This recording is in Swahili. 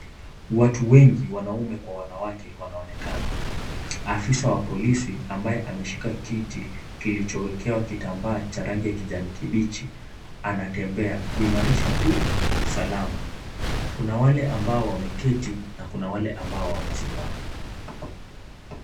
Watu wengi wanaume kwa wanawake wanaonekana afisa wa polisi ambaye ameshika kiti kilichowekewa kitambaa cha rangi ya kijani kibichi, anatembea kuimarisha tu usalama, kuna wale ambao wameketi na kuna wale ambao wamesimama.